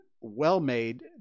well-made